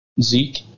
Zeke